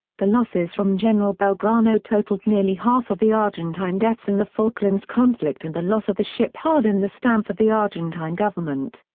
the losses from general belgrano totalled nearly half of the argentine deaths in the falklands conflict and the loss of the ship hardened the stance of the argentine government.